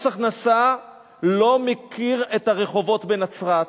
מס הכנסה לא מכיר את הרחובות בנצרת,